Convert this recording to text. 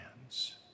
hands